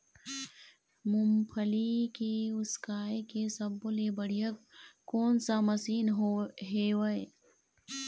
मूंगफली के उसकाय के सब्बो ले बढ़िया कोन सा मशीन हेवय?